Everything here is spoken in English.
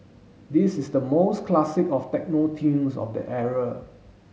this is the most classic of techno tunes of that era